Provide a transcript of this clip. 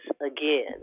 again